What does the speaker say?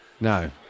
No